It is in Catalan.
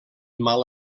mal